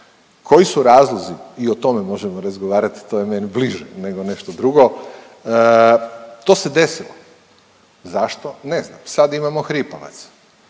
koji su razlozi i o tome možemo razgovarati, to je meni bliže nego nešto drugo. To se desilo, zašto ne znam. Sad imamo hripavac,